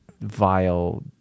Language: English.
vile